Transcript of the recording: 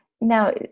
Now